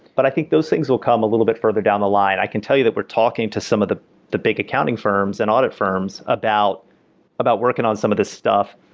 but i think those things will come a little bit further down the line. i can tell you that we're talking to some of the the big accounting firms and audit firms about about working on some of this stuff.